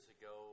ago